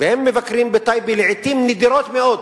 והם מבקרים בטייבה לעתים נדירות מאוד,